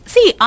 See